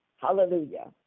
Hallelujah